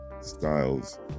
styles